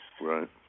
Right